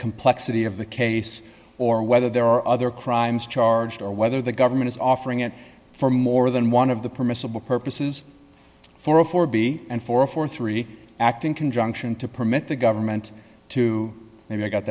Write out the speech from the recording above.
complexity of the case or whether there are other crimes charged or whether the government is offering it for more than one of the permissible purposes for a for b and for a for three act in conjunction to permit the government to